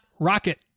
rocket